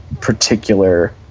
particular